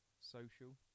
social